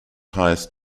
highest